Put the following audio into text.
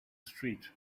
street